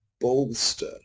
bolster